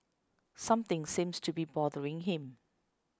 something seems to be bothering him